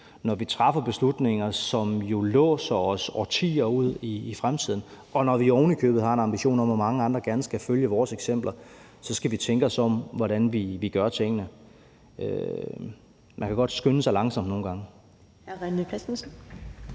når vi træffer beslutninger, som jo låser os årtier ud i fremtiden, og når vi ovenikøbet har en ambition om, at mange andre gerne skal følge vores eksempler, så skal vi tænke os om, i forhold til hvordan vi gør tingene. Man kan godt skynde sig langsomt nogle gange.